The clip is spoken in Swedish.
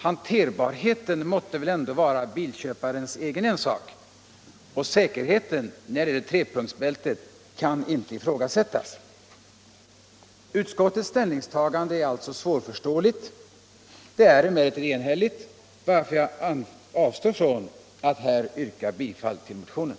Hanterbarheten måste väl ändå vara bilköparens ensak, och säkerheten när det gäller trepunktsbälten kan inte ifrågasättas. Utskottets ställningstagande är som sagt svårförståeligt. Det är emellertid enhälligt, varför jag avstår från att här yrka bifall till motionen.